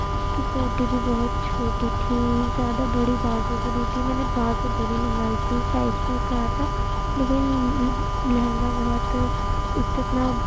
اس کی کوٹی بھی بہت چھوٹی تھی زیادہ بڑی بازو بھی نہیں تھی میں نے بازو بڑی منگوائی تھی سائز بھی کہا تھا لیکن لہنگا بہت ایک اتنا